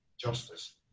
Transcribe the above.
justice